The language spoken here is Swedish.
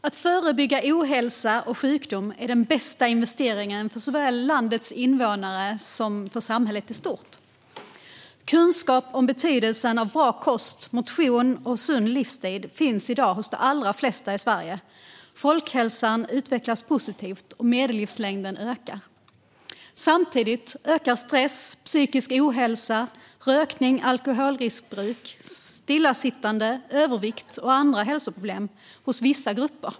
Fru talman! Att förebygga ohälsa och sjukdom är den bästa investeringen för såväl landets invånare som samhället i stort. Kunskap om betydelsen av bra kost, motion och en sund livsstil finns i dag hos de allra flesta i Sverige. Folkhälsan utvecklas positivt, och medellivslängden ökar. Samtidigt ökar stress, psykisk ohälsa, rökning, alkoholriskbruk, stillasittande, övervikt och andra hälsoproblem hos vissa grupper.